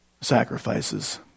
sacrifices